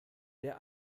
der